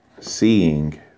seeing